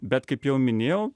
bet kaip jau minėjau